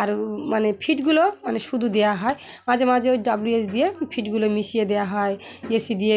আর মানে ফিটগুলো মানে শুধু দেওয়া হয় মাঝে মাঝে ওই ডাব্লিউ এস দিয়ে ফিটগুলো মিশিয়ে দেওয়া হয় এসি দিয়ে